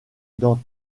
dans